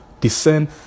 descend